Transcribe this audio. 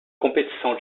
competição